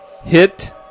hit